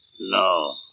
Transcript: No